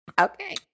Okay